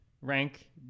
rank